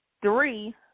Three –